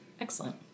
Excellent